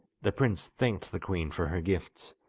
the prince thanked the queen for her gifts,